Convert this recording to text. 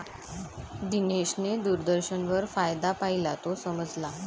दिनेशने दूरदर्शनवर फायदा पाहिला, तो समजला